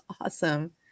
awesome